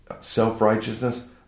self-righteousness